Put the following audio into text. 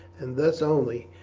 and thus only,